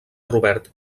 robert